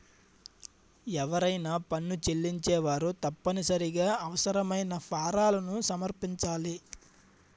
ఎవరైనా పన్ను చెల్లించేవారు తప్పనిసరిగా అవసరమైన ఫారాలను సమర్పించాలి